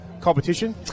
competition